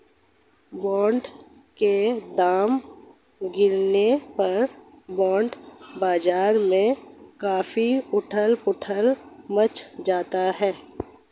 bond के दाम गिरने पर बॉन्ड बाजार में काफी उथल पुथल मच जाती है